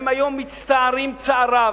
הם היום מצטערים צער רב.